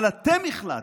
אבל אתם החלטתם,